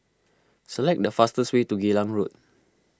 select the fastest way to Geylang Road